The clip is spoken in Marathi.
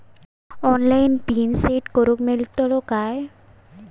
ऑनलाइन पिन सेट करूक मेलतलो काय?